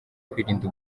kwirinda